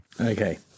Okay